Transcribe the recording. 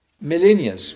millennia